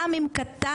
גם אם קטן,